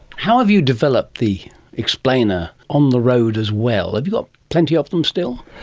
how have you developed the explainer on the road as well? have you got plenty of them still?